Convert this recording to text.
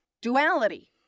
Duality